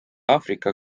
aafrika